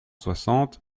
soixante